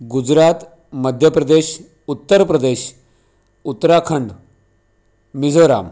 Gujarat Madhya Pradesh Uttar Pradesh Uttarakhand Mizoram